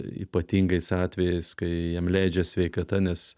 ypatingais atvejais kai jam leidžia sveikata nes